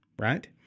right